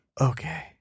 Okay